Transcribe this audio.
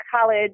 college